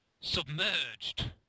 Submerged